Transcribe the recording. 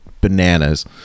bananas